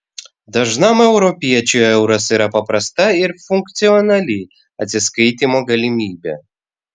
dažnam europiečiui euras yra paprasta ir funkcionali atsiskaitymo galimybė